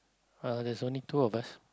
uh there's only two of us